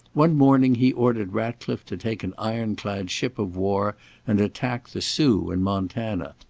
one morning he ordered ratcliffe to take an iron-clad ship of war and attack the sioux in montana,